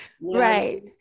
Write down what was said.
Right